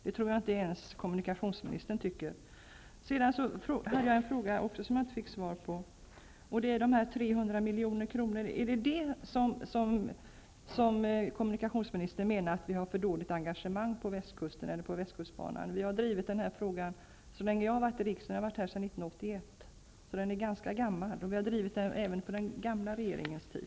Det tror jag inte ens kommunikationsministern tycker. Jag hade ytterligare en fråga som jag heller inte fick svar på. Det gäller dessa 300 milj.kr. Menar kommunikationsministern att vi har för dåligt engagemang utmed västkustbanan? Vi har drivit den här frågan så länge jag har varit här i riksdagen, och jag kom till riksdagen 1981. Frågan är ganska gammal, och vi har drivit den även under den föregående regeringens tid.